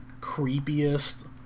creepiest